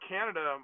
Canada